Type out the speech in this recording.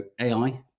AI